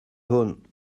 hwn